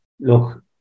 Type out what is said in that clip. look